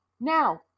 Now